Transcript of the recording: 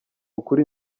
ukuri